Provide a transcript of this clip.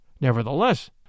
Nevertheless